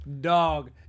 dog